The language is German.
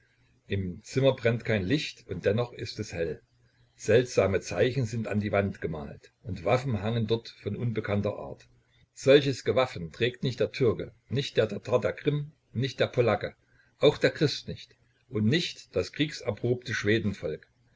im zimmer brennt kein licht und dennoch ist es hell seltsame zeichen sind an die wand gemalt und waffen hangen dort von unbekannter art solches gewaffen trägt nicht der türke nicht der tatar der krim nicht der polacke auch der christ nicht und nicht das